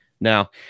Now